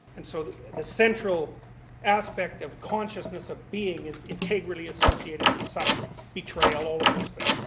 and so the central aspect of consciousness of being is integrally associated with suffering, betrayal, all of those things.